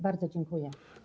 Bardzo dziękuję.